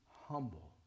humble